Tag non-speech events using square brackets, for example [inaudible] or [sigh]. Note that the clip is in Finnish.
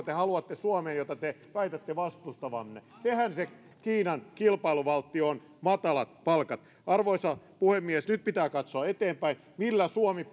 [unintelligible] te haluatte suomeen jota väitätte vastustavanne sehän se kiinan kilpailuvaltti on matalat palkat arvoisa puhemies nyt pitää katsoa eteenpäin millä suomi [unintelligible]